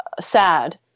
sad